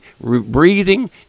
breathing